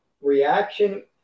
reaction